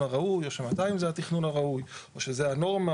הראוי או ש-200 זה התכנון הראוי או שזו הנורמה,